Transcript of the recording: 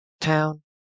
town